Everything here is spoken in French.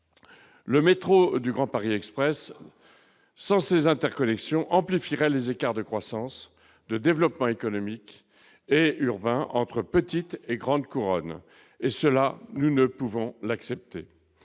Le métro du Grand Paris Express sans ces interconnexions amplifierait les écarts de croissance, de développement économique et urbain entre petite et grande couronne. Et cela, nous ne pouvons l'accepter